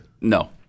No